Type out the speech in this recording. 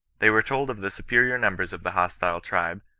they were told of the superior numbers of the hostile tribe,